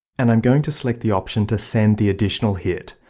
and i'm going to select the option to send the additional hit,